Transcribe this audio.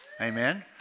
amen